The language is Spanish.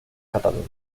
cataluña